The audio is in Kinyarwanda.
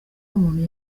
umuntu